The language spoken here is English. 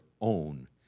own